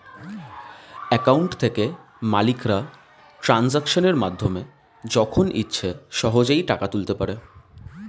account থেকে মালিকরা ট্রানজাকশনের মাধ্যমে যখন ইচ্ছে সহজেই টাকা তুলতে পারে